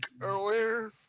earlier